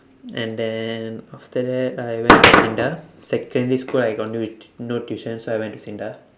and then after that I went to SINDA secondary school I got no tu~ no tuition so I went to SINDA